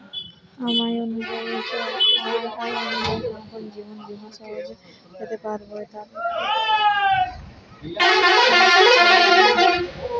আমার আয় অনুযায়ী কোন কোন জীবন বীমা সহজে পেতে পারব তার একটি তালিকা কোথায় পাবো?